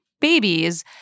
babies